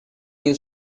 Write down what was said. new